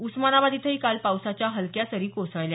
उस्मानाबाद इथंही काल पावसाच्या हलक्या सरी कोसळल्या